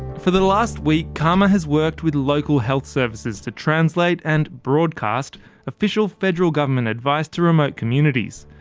for the last week, caama has worked with local health services to translate and broadcast official federal government advice to remote communities.